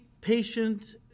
patient